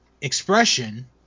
expression